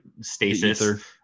stasis